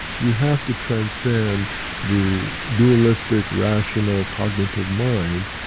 you have to transcend the dualistic, rational, cognitive mind,